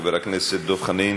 חבר הכנסת דב חנין.